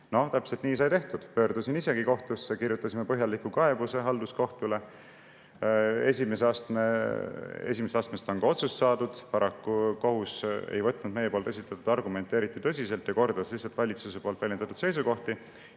kohtus. Täpselt nii sai tehtud, pöördusin isegi kohtusse, kirjutasime põhjaliku kaebuse halduskohtule. Esimesest astmest on ka otsus saadud. Paraku kohus ei võtnud meie esitatud argumente eriti tõsiselt ja kordas lihtsalt valitsuse poolt väljendatud seisukohti.